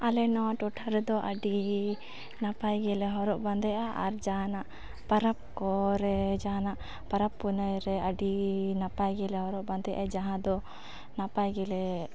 ᱟᱞᱮ ᱱᱚᱣᱟ ᱴᱚᱴᱷᱟ ᱨᱮᱫᱚ ᱟᱹᱰᱤ ᱱᱟᱯᱟᱭ ᱜᱮᱞᱮ ᱦᱚᱨᱚᱜ ᱵᱟᱸᱫᱮᱜᱼᱟ ᱟᱨ ᱡᱟᱦᱟᱱᱟᱜ ᱯᱚᱨᱚᱵᱽ ᱠᱚᱨᱮ ᱡᱟᱦᱟᱱᱟᱜ ᱯᱚᱨᱚᱵᱽ ᱯᱩᱱᱟᱹᱭ ᱨᱮ ᱟᱹᱰᱤ ᱱᱟᱯᱟᱭ ᱜᱮᱞᱮ ᱦᱚᱨᱚᱜ ᱵᱟᱸᱫᱮᱜᱼᱟ ᱡᱟᱦᱟᱸ ᱫᱚ ᱱᱟᱯᱟᱭ ᱜᱮᱞᱮ